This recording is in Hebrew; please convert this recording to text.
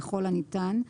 ככל הניתן.